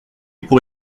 pour